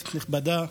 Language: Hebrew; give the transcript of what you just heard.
כנסת נכבדה,